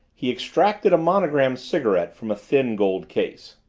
he extracted a monogrammed cigarette from a thin gold case.